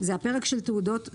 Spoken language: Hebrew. זה הפרק של תעודות.